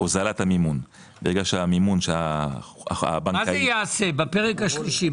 מה זה יעשה בפרק השלישי?